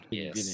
yes